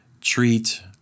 treat